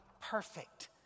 perfect